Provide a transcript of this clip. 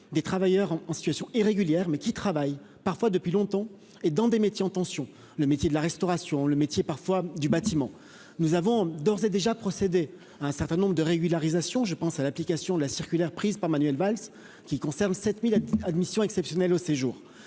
des travailleurs en situation irrégulière, mais qui travaillent parfois depuis longtemps et dans des métiers en tension, le métier de la restauration, le métier parfois du bâtiment, nous avons d'ores et déjà procédé à un certain nombre de régularisation, je pense à l'application de la circulaire prise par Manuel Valls, qui concerne 7000 admission exceptionnelle au séjour